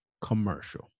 commercial